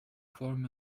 form